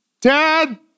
dad